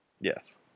Yes